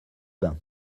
bains